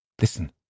Listen